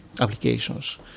applications